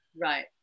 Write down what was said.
Right